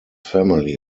family